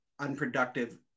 unproductive